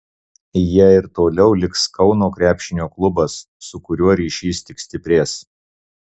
ja ir toliau liks kauno krepšinio klubas su kuriuo ryšys tik stiprės